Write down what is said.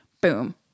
boom